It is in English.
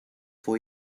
for